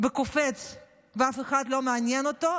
וקופץ ואף אחד לא מעניין אותו?